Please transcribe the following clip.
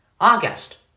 August